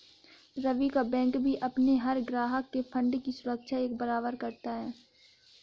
रवि का बैंक भी अपने हर ग्राहक के फण्ड की सुरक्षा एक बराबर करता है